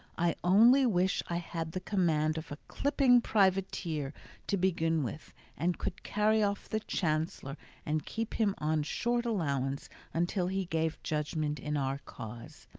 i only wish i had the command of a clipping privateer to begin with and could carry off the chancellor and keep him on short allowance until he gave judgment in our cause.